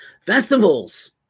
Festivals